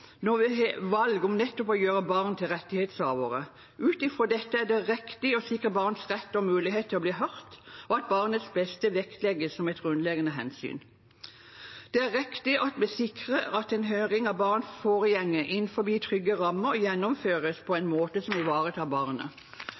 når vi har valg om nettopp å gjøre barn til rettighetshavere. Ut fra dette er det riktig å sikre barns rett og mulighet til å bli hørt, og at barnets beste vektlegges som et grunnleggende hensyn. Det er riktig at vi sikrer at en høring av barn foregår innenfor trygge rammer og gjennomføres på en måte som ivaretar barnet.